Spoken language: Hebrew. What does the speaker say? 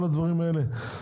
כל הדברים האלה.